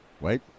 Wait